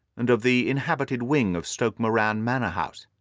and of the inhabited wing of stoke moran manor house.